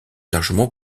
largement